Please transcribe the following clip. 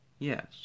Yes